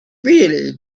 really